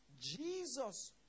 jesus